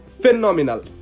Phenomenal